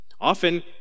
often